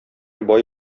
бай